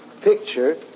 picture